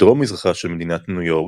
בדרום-מזרחה של מדינת ניו יורק,